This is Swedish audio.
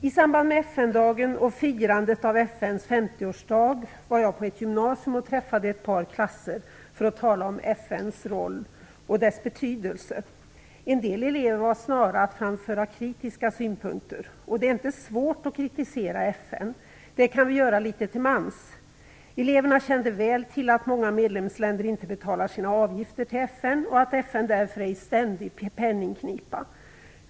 I samband med FN-dagen och firandet av FN:s 50-årsdag var jag i ett gymnasium och träffade ett par klasser för att tala om FN:s roll och dess betydelse. En del elever var snara att framföra kritiska synpunkter. Och det är inte svårt att kritisera FN. Det kan vi göra litet till mans. Eleverna kände väl till att många medlemsländer inte betalar sina avgifter till FN och att FN därför är i ständig penningknipa.